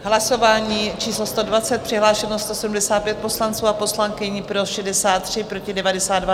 Hlasování číslo 120, přihlášeno 175 poslanců a poslankyň, pro 63, proti 92.